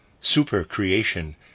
Super-creation